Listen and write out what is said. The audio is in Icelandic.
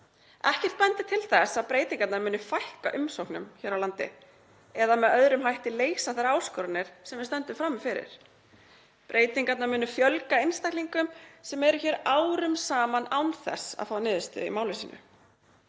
Ekkert bendir til þess að breytingarnar muni fækka umsóknum hér á landi eða með öðrum hætti leysa þær áskoranir sem við stöndum frammi fyrir. Breytingarnar munu fjölga einstaklingum sem eru hér árum saman án þess að fá niðurstöðu í máli sínu.